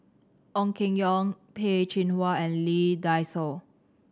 Ong Keng Yong Peh Chin Hua and Lee Dai Soh